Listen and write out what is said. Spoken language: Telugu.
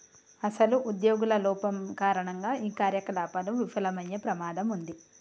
అసలు ఉద్యోగుల లోపం కారణంగా ఈ కార్యకలాపాలు విఫలమయ్యే ప్రమాదం ఉంది